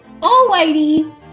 Alrighty